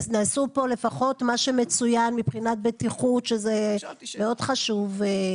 נעשו פה לפחות מה שמצוין מבחינת בטיחות שזה מאוד חשוב.